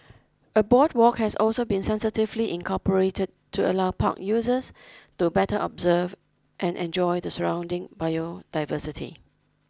a boardwalk has also been sensitively incorporated to allow park users to better observe and enjoy the surrounding biodiversity